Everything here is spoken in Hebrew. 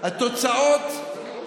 ואתה לא תהיה, התוצאות בהתאם.